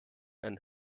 and